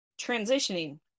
transitioning